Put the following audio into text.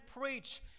preach